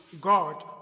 God